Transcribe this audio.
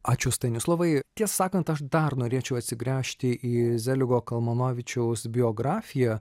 ačiū stanislovai tiesą sakant aš dar norėčiau atsigręžti į zeligo kalmanovičiaus biografiją